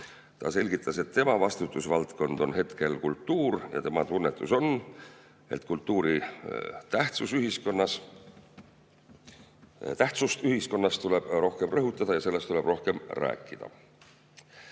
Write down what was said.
Ta selgitas, et tema vastutusvaldkond on hetkel kultuur ja tema tunnetus on, et kultuuri tähtsust ühiskonnas tuleb rohkem rõhutada ja sellest tuleb rohkem rääkida.